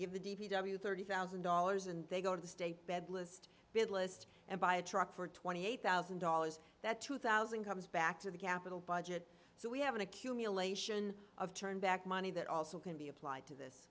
give the d p w thirty thousand dollars and they go to the state bed list bid list and buy a truck for twenty eight thousand dollars that two thousand comes back to the capital budget so we have an accumulation of turn back money that also can be applied to this